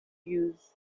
use